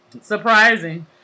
Surprising